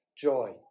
joy